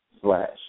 slash